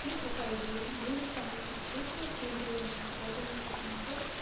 के तपाईँले मेरो समय क्षेत्र केन्द्रीयमा बदल्न सक्नुहुन्छ